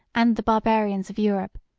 and the barbarians of europe